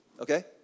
okay